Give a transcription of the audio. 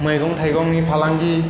मैगं थाइगंनि फालांगि